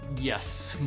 yes,